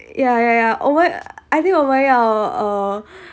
ya ya ya oh what I think 我们要 err